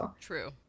True